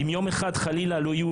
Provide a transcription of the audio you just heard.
אם יום אחד חלילה לא יהיו